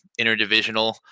interdivisional